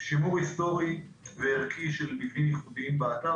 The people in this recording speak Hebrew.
שימור היסטורי וערכי של מבנים ומרכיבים ייחודיים באתר,